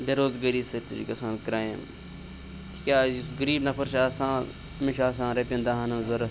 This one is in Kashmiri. بےٚ روزگٲری سۭتۍ تہِ چھُ گَژھان کرٛایِم تِکیٛازِ یُس غریٖب نَفَر چھِ آسان أمِس چھُ آسان رۄپیَن دَہَن ہٕنٛز ضوٚرَتھ